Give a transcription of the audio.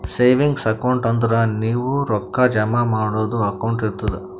savings account ಅಂದುರ್ ನೀವು ರೊಕ್ಕಾ ಜಮಾ ಮಾಡದು ಅಕೌಂಟ್ ಇರ್ತುದ್